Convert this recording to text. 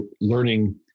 learning